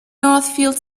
northfield